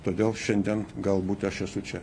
todėl šiandien galbūt aš esu čia